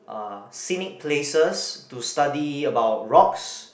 uh scenic places to study about rocks